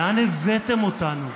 לאן הבאתם אותנו?